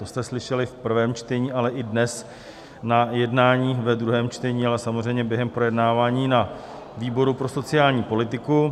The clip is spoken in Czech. To jste slyšeli v prvém čtení, ale i dnes na jednání ve druhém čtení, ale samozřejmě během projednávání na výboru pro sociální politiku.